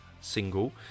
single